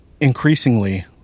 increasingly